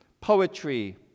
poetry